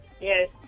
Yes